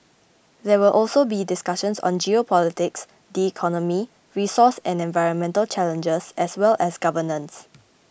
there will also be discussions on geopolitics the economy resource and environmental challenges as well as governance